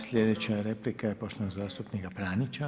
Sljedeća replika je poštovanog zastupnika Pranjića.